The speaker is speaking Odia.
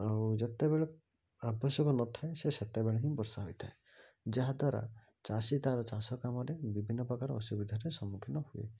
ଆଉ ଯେତେବେଳେ ଆବଶ୍ୟକ ନ ଥାଏ ସେ ସେତେବେଳେ ହିଁ ବର୍ଷା ହୋଇଥାଏ ଯାହାଦ୍ୱାରା ଚାଷୀ ତାର ଚାଷ କାମରେ ବିଭିନ୍ନ ପ୍ରକାର ଅସୁବିଧାରେ ସମ୍ମୁଖୀନ ହୁଏ